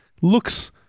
looks